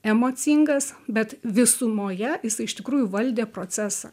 emocingas bet visumoje jisai iš tikrųjų valdė procesą